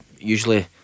usually